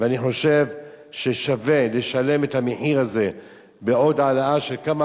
ואני חושב ששווה לשלם את המחיר הזה של הדלק בעוד העלאה של כמה